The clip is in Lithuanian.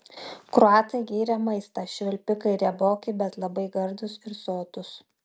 kroatai gyrė maistą švilpikai rieboki bet labai gardūs ir sotūs